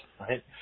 right